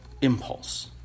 impulse